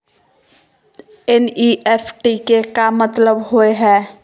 NEFT के का मतलव होव हई?